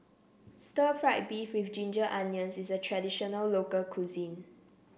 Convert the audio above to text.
stir fry beef with Ginger Onions is a traditional local cuisine